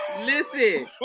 listen